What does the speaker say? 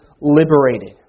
liberated